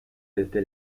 desde